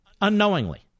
unknowingly